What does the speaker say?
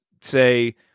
say